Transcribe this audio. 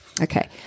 Okay